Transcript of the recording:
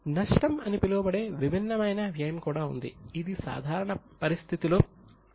నష్టం అని పిలువబడే విభిన్నమైన వ్యయం కూడా ఉంది ఇది సాధారణ పరిస్థితిలో లేదు